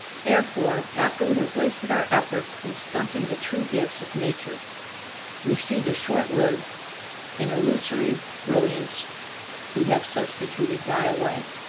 therefore after we have wasted our efforts in stunting the true gifts of nature we see the short-lived and illusory brilliance we have substituted die away,